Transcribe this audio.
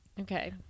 Okay